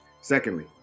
Secondly